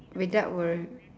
without worr~